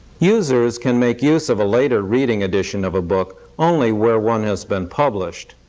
users can make use of a later reading edition of a book only where one has been published.